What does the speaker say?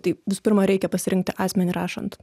tai visų pirma reikia pasirinkti asmenį rašant